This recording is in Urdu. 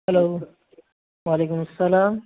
ہلو وعلیکم السلام